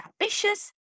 ambitious